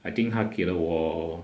I think 他给了我